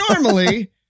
normally